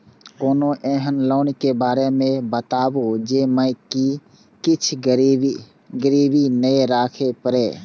कोनो एहन लोन के बारे मे बताबु जे मे किछ गीरबी नय राखे परे?